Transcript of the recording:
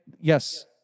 Yes